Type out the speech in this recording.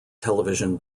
television